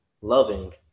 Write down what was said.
loving